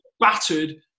battered